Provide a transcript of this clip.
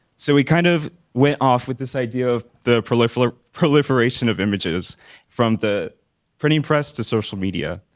so we kind of went off with this idea of the proliferation proliferation of images from the printing press to social media.